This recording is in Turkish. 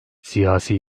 siyasi